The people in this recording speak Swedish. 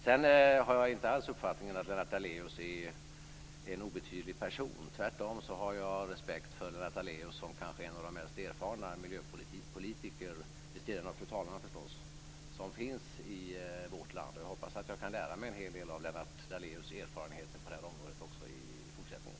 Jag har inte alls uppfattningen att Lennart Daléus är en obetydlig person. Tvärtom har jag respekt för Lennart Daléus som kanske en av de mest erfarna miljöpolitiker, vid sidan av fru talmannen förstås, som finns i vårt land. Och jag hoppas att jag kan lära mig en hel del av Lennart Daléus erfarenheter på detta område också i fortsättningen.